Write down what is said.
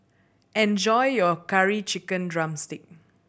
enjoy your Curry Chicken drumstick